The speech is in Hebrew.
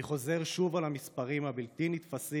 אני חוזר שוב על המספרים הבלתי-נתפסים: